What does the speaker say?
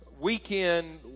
weekend